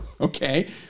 Okay